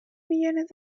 millones